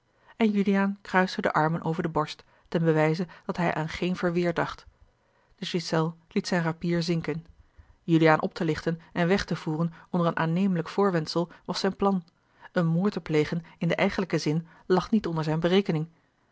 armen over de borst ten bewijze dat hij aan geen verweer dacht de ghiselles liet zijn rapier zinken juliaan op te lichten en weg te voeren onder een aannemelijk voorwendsel was zijn plan een moord te plegen in den eigenlijken zin lag niet onder zijne berekening